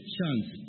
chance